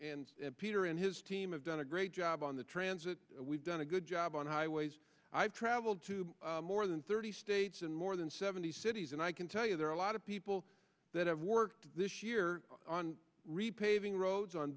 and peter and his team have done a great job on the transit we've done a good job on highways i've traveled to more than thirty states and more than seventy cities and i can tell you there are a lot of people that have worked this year on repaving roads on